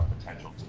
potential